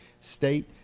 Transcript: state